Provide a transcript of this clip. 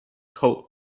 culinary